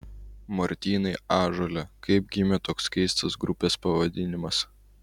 martynai ąžuole kaip gimė toks keistas grupės pavadinimas